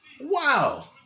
Wow